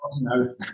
No